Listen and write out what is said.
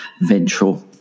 ventral